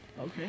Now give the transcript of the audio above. Okay